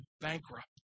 bankrupt